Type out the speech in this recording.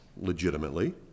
legitimately